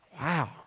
Wow